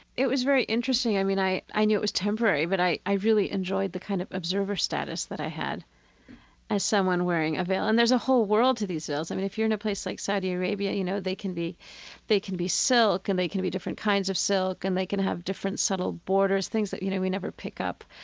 it was very interesting. i mean, i i knew it was temporary, but i i really enjoyed the kind of observer status that i had as someone wearing a veil, and there's a whole world to these veils. i mean, if you're in a place like saudi arabia, you know, they can be silk and they can be different and they can be different kinds of silk and they can have different subtle borders, things that, you know, we never pick up,